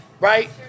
Right